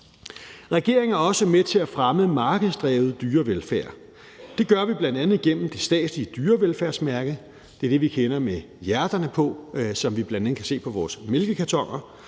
Regeringen er også med til at fremme markedsdrevet dyrevelfærd. Det gør vi bl.a. gennem det statslige dyrevefærdsmærke, det er det med hjerterne på, som vi kender, og som vi bl.a. kan se på vores mælkekartoner.